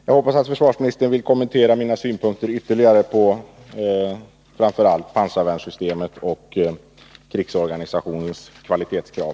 Jag hoppas att försvarsministern ytterligare vill kommentera mina synpunkter på framför allt pansarvärnssystemet och krigsorganisationens kvalitetskrav.